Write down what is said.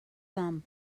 thumb